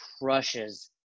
crushes